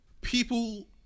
people